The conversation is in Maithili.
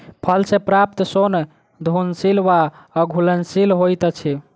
फल सॅ प्राप्त सोन घुलनशील वा अघुलनशील होइत अछि